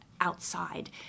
outside